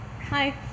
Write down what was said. hi